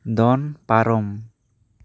ᱫᱚᱱ ᱯᱟᱨᱚᱢ